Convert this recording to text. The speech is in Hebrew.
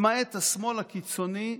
למעט השמאל הקיצוני,